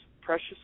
precious